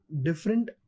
different